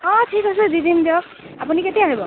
অঁ ঠিক আছে দি দিম দিয়ক আপুনি কেতিয়া আহিব